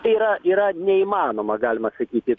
tai yra yra neįmanoma galima sakyti